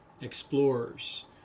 explorers